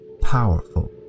powerful